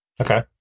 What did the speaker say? Okay